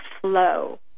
flow